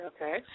Okay